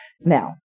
Now